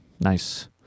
Nice